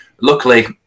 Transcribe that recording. Luckily